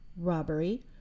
robbery